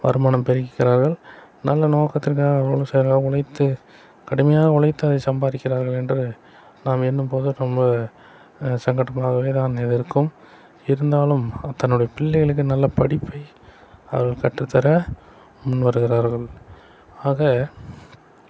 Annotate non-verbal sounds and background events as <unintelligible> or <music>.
வருமானம் பெருக்கிக்கிறார்கள் நல்ல நோக்கத்திற்காக <unintelligible> உழைத்து கடுமையாக உழைத்து அதை சம்பாதிக்கிறார்கள் என்று நாம் எண்ணும் போது ரொம்ப சங்கடமாகவே தான் இது இருக்கும் இருந்தாலும் தன்னுடைய பிள்ளைகளுக்கு நல்ல படிப்பை அவர்கள் கற்று தர முன் வருகிறார்கள் ஆக